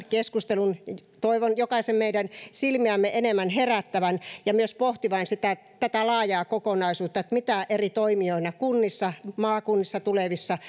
keskustelun toivon jokaisen meidän silmiä enemmän herättävän ja myös saavan pohtimaan tätä laajaa kokonaisuutta mitä eri toimijoina kunnissa tulevissa